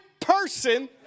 person